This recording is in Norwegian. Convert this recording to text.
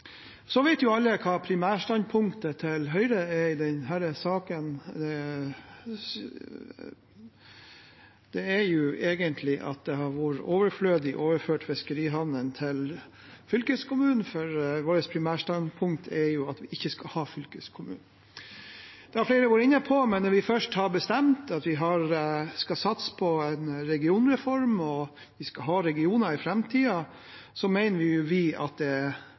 så det suser langs store deler av kysten vår, og vi er optimister. Alle vet hva primærstandpunktet til Høyre er i denne saken. Det er egentlig at det har vært overflødig å overføre fiskerihavnene til fylkeskommunen, for vårt primærstandpunkt er jo at vi ikke skal ha fylkeskommunen. Det har flere vært inne på. Men når vi først har bestemt at vi skal satse på en regionreform, og at vi skal ha regioner i framtiden, mener vi at det er